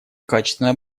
качественное